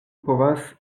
povas